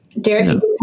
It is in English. Derek